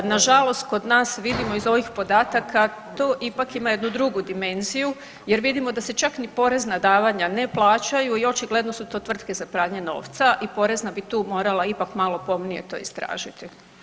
Nažalost kod nas vidimo iz ovih podataka tu ipak ima jednu drugu dimenziju jer vidimo da se čak ni porezna davanja ne plaćaju i očigledno su to tvrtke za pranje novca i porezna bi tu morala ipak malo pomnije to istražiti.